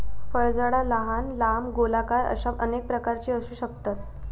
फळझाडा लहान, लांब, गोलाकार अश्या अनेक प्रकारची असू शकतत